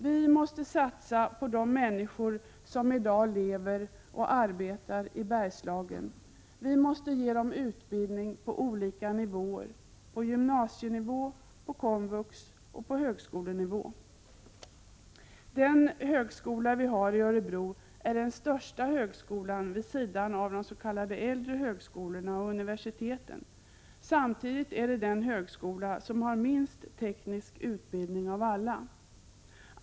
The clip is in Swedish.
Vi måste satsa på de människor som i daglever och arbetar i Bergslagen, vi måste ge dem utbildning på olika nivåer — på gymnasienivå, på komvux och på högskolenivå. Den högskola vi har i Örebro är den största högskolan vid sidan av de s.k. äldre högskolorna och universiteten. Samtidigt har den minst teknisk utbildning av alla högskolor.